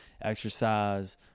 exercise